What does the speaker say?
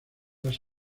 las